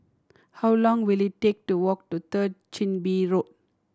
how long will it take to walk to Third Chin Bee Road